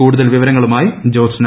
കൂടുതൽ വിവരങ്ങളുമായി ജോസ്ന